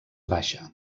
baixa